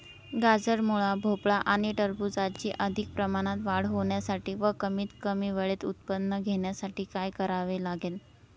गाजर, मुळा, भोपळा आणि टरबूजाची अधिक प्रमाणात वाढ होण्यासाठी व कमीत कमी वेळेत उत्पादन घेण्यासाठी काय करावे लागेल?